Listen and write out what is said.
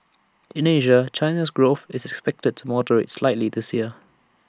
in Asia China's growth is expected to moderate slightly this year